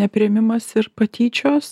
nepriėmimas ir patyčios